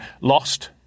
lost